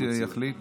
עמית יחליט.